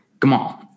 Gamal